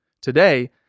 Today